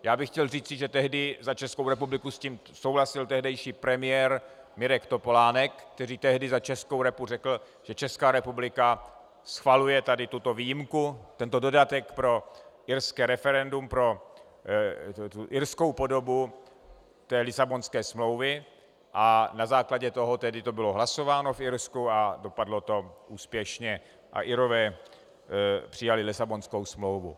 Já bych chtěl říci, že tehdy za Českou republiku s tím souhlasil tehdejší premiér Mirek Topolánek, který tehdy za Českou republiku řekl, že Česká republika schvaluje tady tuto výjimku, tento dodatek pro irské referendum, pro irskou podobu Lisabonské smlouvy, a na základě toho tedy to bylo hlasováno v Irsku a dopadlo to úspěšně a Irové přijali Lisabonskou smlouvu.